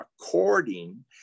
according